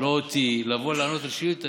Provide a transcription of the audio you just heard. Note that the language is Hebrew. ולא אותי בתשובה על שאילתה,